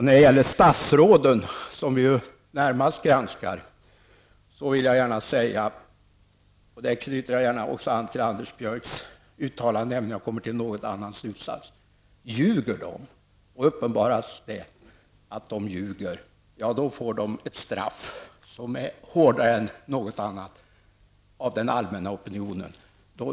När det gäller statsråden, som vi närmast granskar, kan jag knyta an till Anders Björks uttalande, även om jag har kommit till en annan slutsats. Om de ljuger och det uppenbaras att de ljuger, får de ett straff som är hårdare än något annat av den allmänna opinionen.